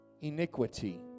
iniquity